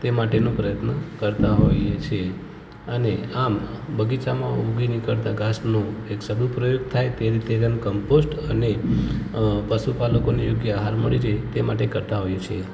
તે માટેનો પ્રયત્ન કરતા હોઈએ છીએ અને આમ બગીચામાં ઉગી નીકળતું ઘાસનો એક સદુપયોગ થાય તેનું કમ્પોસ્ટ અને અ પશુપાલકોને યોગ્ય અહાર મળી રહે તે માટે કરતા હોઈએ છીએ